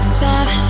five